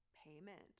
Payment